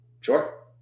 Sure